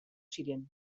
ziren